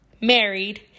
married